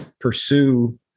pursue